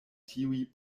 tiuj